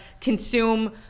consume